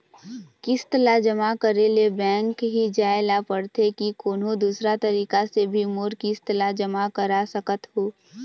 किस्त ला जमा करे ले बैंक ही जाए ला पड़ते कि कोन्हो दूसरा तरीका से भी मोर किस्त ला जमा करा सकत हो?